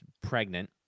pregnant